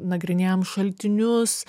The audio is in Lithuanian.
nagrinėjam šaltinius